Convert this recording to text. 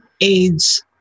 AIDS